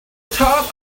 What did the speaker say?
top